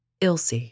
Ilse